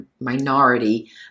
minority